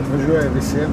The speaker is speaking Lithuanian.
atvažiuoja visi